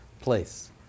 place